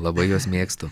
labai juos mėgstu